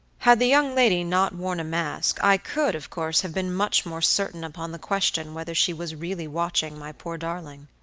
had the young lady not worn a mask, i could, of course, have been much more certain upon the question whether she was really watching my poor darling.